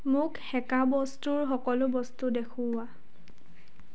মোক সেকা বস্তুৰ সকলো বস্তু দেখুওৱা